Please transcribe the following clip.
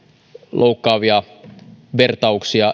loukkaavia vertauksia